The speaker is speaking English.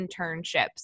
internships